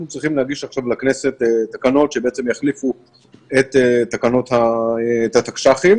אנחנו צריכים להגיש עכשיו לכנסת תקנות שיחליפו את תקנות שעת חירום.